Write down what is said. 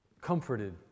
Comforted